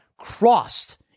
crossed